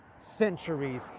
centuries